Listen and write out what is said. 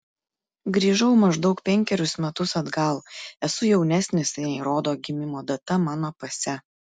grįžau maždaug penkerius metus atgal esu jaunesnis nei rodo gimimo data mano pase